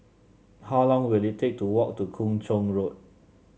how long will it take to walk to Kung Chong Road